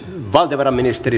valtiovarainministeri